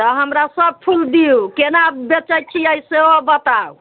तऽ हमरा सभ फूल दियौ केना बेचैत छियै सेहो बताउ